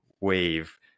wave